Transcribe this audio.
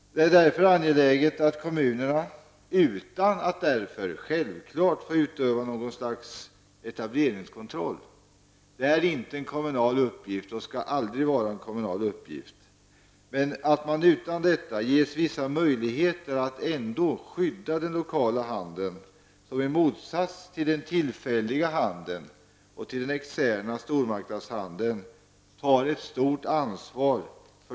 Det är därför angeläget att kommunerna, utan att därför självfallet behöva utöva något slags etableringskontroll -- det är inte en kommunal uppgift och skall aldrig vara -- ges vissa möjligheter att skydda den lokala handeln, som tar ett stort ansvar för den permanenta närservicen, i motsats till den tillfälliga handeln och den externa stormarknadshandeln.